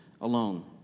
alone